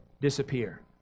disappear